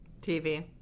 TV